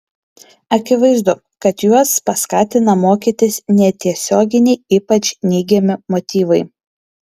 akivaizdu kad juos paskatina mokytis netiesioginiai ypač neigiami motyvai